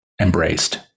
Embraced